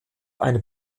eine